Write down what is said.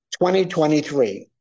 2023